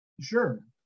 Sure